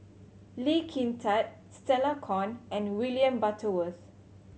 Lee Kin Tat Stella Kon and William Butterworth